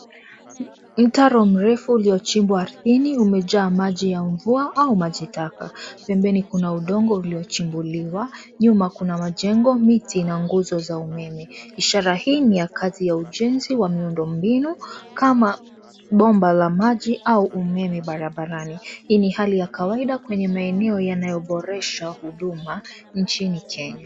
Mtaro mrefu uliochimbwa ardhini umejaa maji ya mvua au maji taka. Pembeni kuna udongo uliochimbuliwa nyuma. Kuna majengo, miti na nguzo za umeme. Ishara hii ni ya kazi ya ujenzi wa miundombinu kama bomba la maji au umeme barabarani. Hii ni hali ya kawaida kwenye maeneo yanayoboresha huduma nchini Kenya.